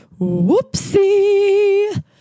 whoopsie